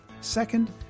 Second